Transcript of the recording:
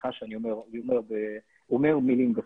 סליחה שאני אומר מילים גסות.